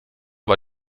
war